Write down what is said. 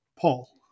Paul